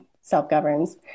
self-governs